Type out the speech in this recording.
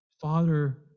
Father